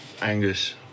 angus